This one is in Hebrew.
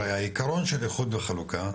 העיקרון של איחוד וחלוקה,